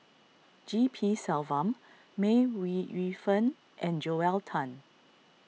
G P Selvam May Ooi Yu Fen and Joel Tan